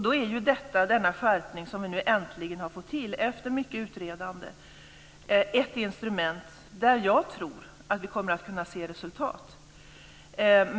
Då är den skärpning som vi nu äntligen har fått till efter mycket utredande ett instrument, och jag tror att vi kommer att kunna se resultat.